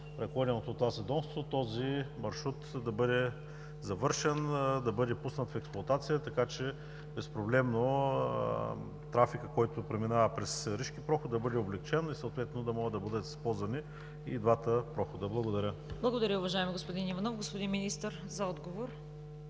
ръководеното от Вас ведомство, този маршрут да бъде завършен, да бъде пуснат в експлоатация, така че безпроблемно трафикът, който преминава през Ришки проход, да бъде облекчен и съответно да могат да бъдат използвана и двата прохода? Благодаря. ПРЕДСЕДАТЕЛ ЦВЕТА КАРАЯНЧЕВА: Благодаря, уважаеми господин Иванов. Господин Министър – за отговор.